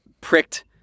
pricked